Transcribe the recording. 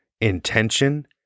intention